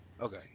okay